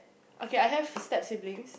okay I have step siblings